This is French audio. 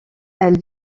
elle